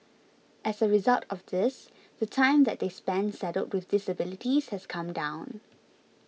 as a result of this the time that they spend saddled with disabilities has come down